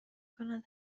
کند